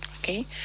Okay